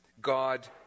God